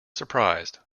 surprised